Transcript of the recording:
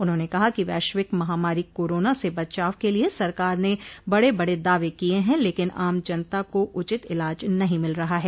उन्होंने कहा कि वैश्विक महामारी कोरोना से बचाव के लिये सरकार ने बड़े बड़े दावे किये हैं लेकिन आम जनता को उचित इलाज नहीं मिल रहा है